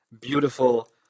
beautiful